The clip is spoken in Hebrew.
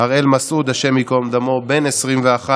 הראל מסעוד, השם ייקום דמו, בן 21,